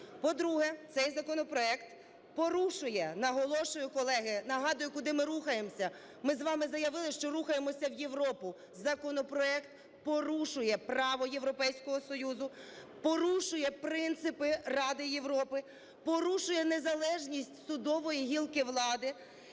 По-друге, цей законопроект порушує, наголошую колеги, нагадую, куди ми рухаємось. Ми з вами заявили, що рухаємося в Європу. Законопроект порушує право Європейського Союзу, порушує принципи Ради Європи, порушує незалежність судової гілки влади.